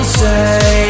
say